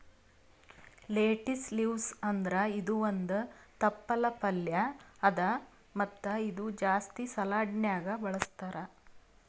lettuce leaves ಅಂದುರ್ ಇದು ಒಂದ್ ತಪ್ಪಲ್ ಪಲ್ಯಾ ಅದಾ ಮತ್ತ ಇದು ಜಾಸ್ತಿ ಸಲಾಡ್ನ್ಯಾಗ ಬಳಸ್ತಾರ್